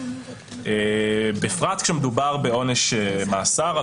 בפרט כשמדובר בעונש מאסר,